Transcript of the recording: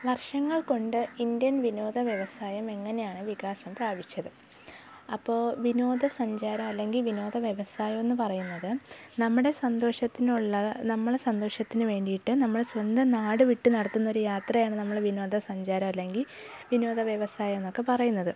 വർഷങ്ങൾ കൊണ്ട് ഇന്ത്യൻ വിനോദവ്യവസായം എങ്ങനെയാണ് വികാസം പ്രാപിച്ചത് അപ്പോൾ വിനോദ സഞ്ചാരം അല്ലെങ്കിൽ വിനോദ വ്യവസായം എന്ന് പറയുന്നത് നമ്മുടെ സന്തോഷത്തിനുള്ള നമ്മള സന്തോഷത്തിന് വേണ്ടിയിട്ട് നമ്മള സ്വന്തം നാട് വിട്ട് നടത്തുന്നൊരു യാത്രയാണ് നമ്മൾ വിനോദസഞ്ചാരം അല്ലെങ്കിൽ വിനോദ വ്യവസായം എന്നൊക്കെ പറയുന്നത്